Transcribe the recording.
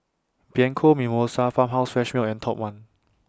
Bianco Mimosa Farmhouse Fresh Milk and Top one